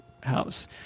house